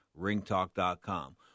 ringtalk.com